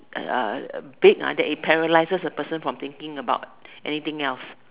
big that it paralyses the person from thinking about anything else